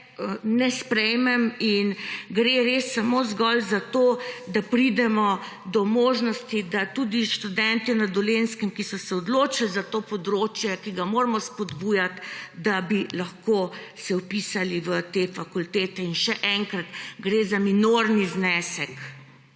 ne sprejmem in gre res samo zgolj za to, da pridemo do možnosti, da bi se tudi študentje na Dolenjskem, ki so se odločili za to področje, ki ga moramo spodbujati, lahko vpisali na te fakultete. In še enkrat, gre za minorni znesek.